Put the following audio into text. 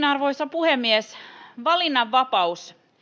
arvoisa puhemies valinnanvapaus